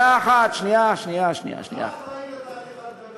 אתה אחראי לתהליך ההידרדרות.